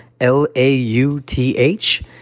L-A-U-T-H